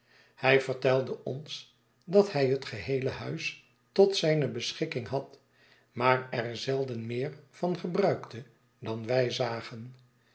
hij vertelde ons dat hij het geheele huis tot zijne beschikking had maar er zelden meer van gebruikte dan wij zagen